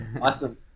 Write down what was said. Awesome